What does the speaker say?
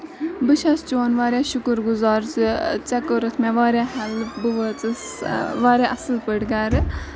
بہٕ چھَس چون واریاہ شُکُر گُزار زِ ژےٚ کوٚرُتھ مےٚ واریاہ ہیٚلٕپ بہٕ وٲژٕس واریاہ اَصٕل پٲٹھۍ گرٕ